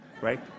right